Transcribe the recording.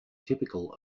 typical